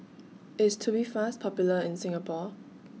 IS Tubifast Popular in Singapore